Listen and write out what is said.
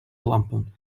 lampen